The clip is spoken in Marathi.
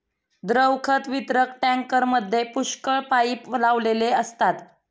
द्रव खत वितरक टँकरमध्ये पुष्कळ पाइप लावलेले असतात